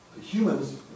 humans